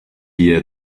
year